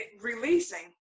releasing